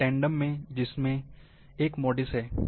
और टैंडेम में जिसमें एक मोडिस है